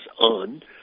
on